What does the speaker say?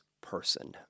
person